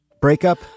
Breakup